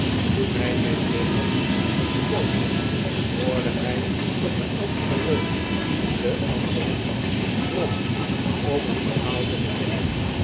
toen hy zich weder hersteld had hoorde hy dat de oudste reus den anderen drong om een verhaal te beginnen